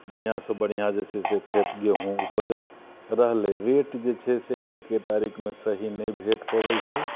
बढ़िआँसँ बढ़िआँ जे छै से खेत गेहूँ उपजत रहलै वेट जे छै आइके तारिकमे सही नहि भेट पबै छै